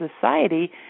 society